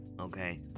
okay